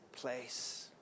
place